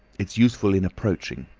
it's useful in approaching.